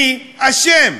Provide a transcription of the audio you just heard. מי אשם?